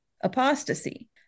apostasy